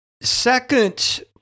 Second